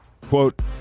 Quote